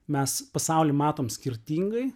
mes pasaulį matom skirtingai